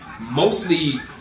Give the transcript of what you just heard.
mostly